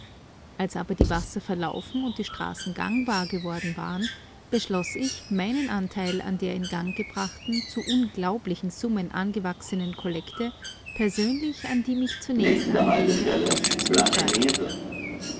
als aber die wasser verlaufen und die straßen gangbar geworden waren beschloß ich meinen anteil an der in gang gebrachten zu unglaublichen summen angewachsenen kollekte persönlich an die mich zunächst angehende adresse zu befördern